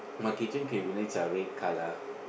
my kitchen cabinets are red colour